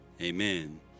Amen